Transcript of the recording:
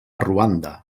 ruanda